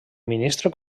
ministre